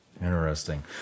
Interesting